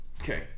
Okay